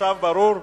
עכשיו ברור?